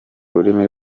rurimi